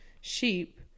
sheep